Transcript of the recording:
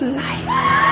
lights